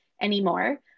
anymore